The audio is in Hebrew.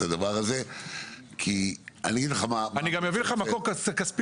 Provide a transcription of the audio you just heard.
הדבר הזה כי אגיד לך מה -- אני גם אביא לך מקור כספי.